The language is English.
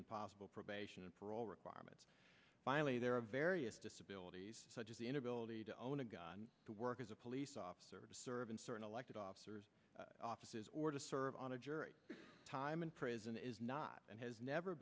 and possible probation and parole requirements finally there are various disabilities such as the inability to own a gun to work as a police officer to serve in certain elected officers offices or to serve on a jury time in prison is not and has never